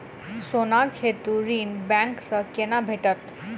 सोनाक हेतु ऋण बैंक सँ केना भेटत?